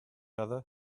other